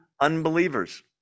unbelievers